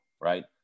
Right